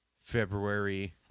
February